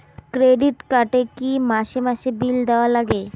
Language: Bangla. ক্রেডিট কার্ড এ কি মাসে মাসে বিল দেওয়ার লাগে?